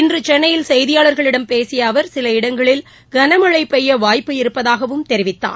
இன்று சென்னையில் செய்தியாளர்களிடம் பேசிய அவர் சில இடங்களில் களமழை பெய்ய வாய்ப்பு இருப்பதாகவும் தெரிவித்தார்